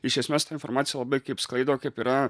iš esmės ta informacija labai kaip skraido kaip yra